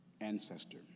ancestor